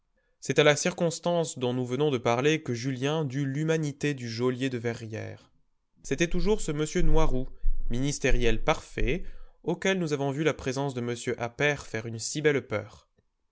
c'est à la circonstance dont nous venons de parler que julien dut l'humanité du geôlier de verrières c'était toujours ce m noiroud ministériel parfait auquel nous avons vu la présence de m appert faire une si belle peur